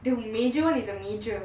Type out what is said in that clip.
the major one is a major